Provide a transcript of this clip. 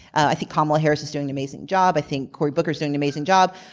i think kamala harris is doing an amazing job. i think cory booker is doing an amazing job.